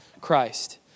Christ